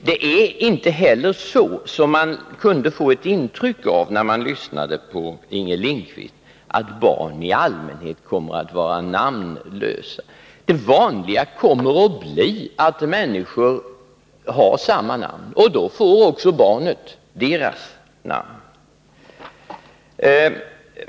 Det är inte heller så, som man kunde få ett intryck av när man lyssnade på Inger Lindquist, att barn i allmänhet kommer att vara namnlösa. Det vanliga kommer att bli att människor har samma namn. Och då får också barnen deras namn.